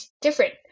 different